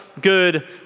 good